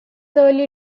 early